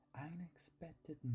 unexpected